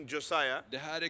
Josiah